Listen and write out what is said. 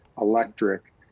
electric